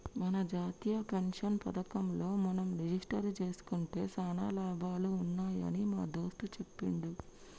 మన జాతీయ పెన్షన్ పథకంలో మనం రిజిస్టరు జేసుకుంటే సానా లాభాలు ఉన్నాయని మా దోస్త్ సెప్పిండు